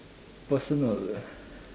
personal